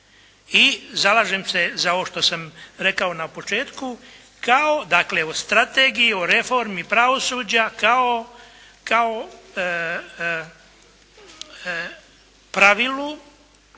I zalažem se za ovo što sam rekao na početku, kao dakle o strategiji, o reformi pravosuđa, kao pravilu,